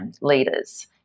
leaders